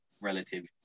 relative